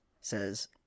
says